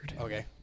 Okay